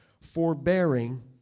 forbearing